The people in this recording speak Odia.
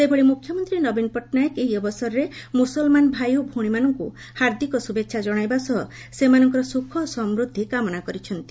ସେହିଭଳି ମୁଖ୍ୟମନ୍ତୀ ନବୀନ ପଟ୍ଟନାୟକ ଏହି ଅବସରରେ ମୁସଲମାନ ଭାଇ ଓ ଭଉଣୀମାନଙ୍କୁ ହାର୍ଦ୍ଦିକ ଶୁଭେଛା ଜଶାଇବା ସହ ସେମାନଙ୍କର ସୁଖ ଓ ସମୃଦ୍ଧି କାମନା କରିଛନ୍ତି